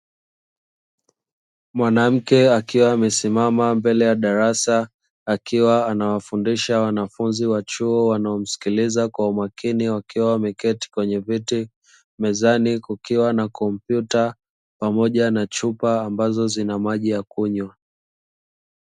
Mwanamke akiwa amesimama mbele ya darasa, akiwa anawafundisha wanafunzi wa chuo wanaomsikiliza kwa umakini, wakiwa wameketi kwenye viti, mezani kukiwa na kompyuta pamoja na chupa ambazo zina maji ya kunywa.